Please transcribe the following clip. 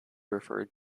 referred